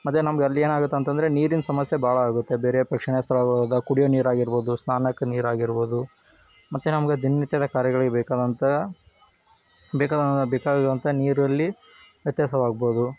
ಮತ್ತು ನಮಗಲ್ಲಿ ಏನಾಗುತ್ತೆ ಅಂತ ಅಂದ್ರೆ ನೀರಿನ ಸಮಸ್ಯೆ ಭಾಳ ಆಗುತ್ತೆ ಬೇರೆ ಪ್ರೇಕ್ಷಣೀಯ ಸ್ಥಳಗಳಿಗೆ ಹೋದಾಗ ಕುಡಿಯೋ ನೀರಾಗಿರ್ಬೋದು ಸ್ನಾನಕ್ಕೆ ನೀರಾಗಿರ್ಬೋದು ಮತ್ತು ನಮ್ಗೆ ದಿನನಿತ್ಯದ ಕಾರ್ಯಗಳಿಗೆ ಬೇಕಾದಂಥ ಬೇಕಾದ ಬೇಕಾಗಿರುವಂಥ ನೀರಲ್ಲಿ ವ್ಯತ್ಯಾಸವಾಗ್ಬೋದು